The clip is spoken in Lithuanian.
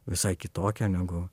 visai kitokią negu